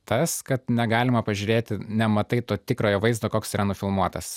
tas kad negalima pažiūrėti nematai to tikrojo vaizdo koks yra nufilmuotas